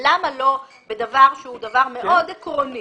למה לא בדבר שהוא דבר מאוד עקרוני